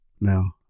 Now